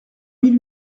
mille